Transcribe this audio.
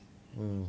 mm